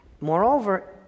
Moreover